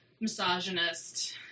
misogynist